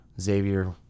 Xavier